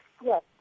Yes